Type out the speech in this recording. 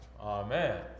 Amen